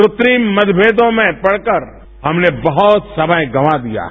क्रत्रिम मतमेदों में पड़कर हमने बहुत समय गंवा दिया है